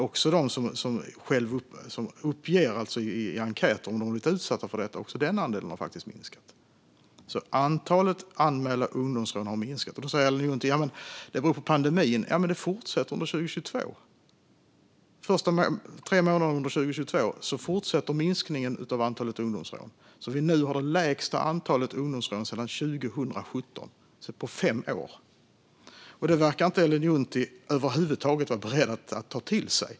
Också andelen av dem som i enkäten uppger att de har blivit utsatta för detta har faktiskt minskat. Antalet anmälda ungdomsrån har alltså minskat. Då säger Ellen Juntti att det beror på pandemin. Men antalet fortsätter att minska under 2022. De första tre månaderna under 2022 har minskningen av antalet ungdomsrån fortsatt, och nu har vi det lägsta antalet ungdomsrån sedan 2017 - alltså på fem år. Detta verkar Ellen Juntti över huvud taget inte beredd att ta till sig.